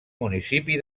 municipi